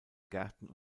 gärten